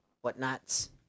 Whatnots